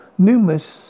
Numerous